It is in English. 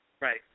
Right